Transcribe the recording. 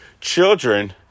Children